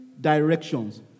directions